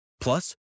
Plus